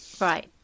Right